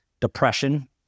depression